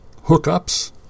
hookups